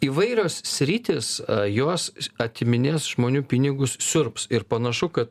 įvairios sritys jos atiminės žmonių pinigus siurbs ir panašu kad